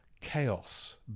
chaos